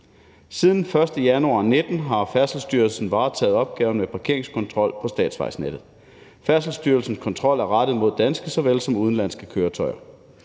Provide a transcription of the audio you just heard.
den 1. januar 2019 har Færdselsstyrelsen varetaget opgaven med parkeringskontrol på statsvejnettet. Færdselsstyrelsens kontrol er rettet mod danske såvel som udenlandske køretøjer.